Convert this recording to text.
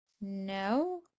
no